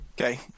Okay